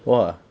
!wah!